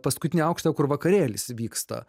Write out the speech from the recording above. paskutinį aukštą kur vakarėlis vyksta